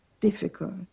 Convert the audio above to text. difficult